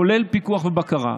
כולל פיקוח ובקרה,